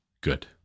good